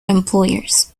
employers